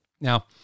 Now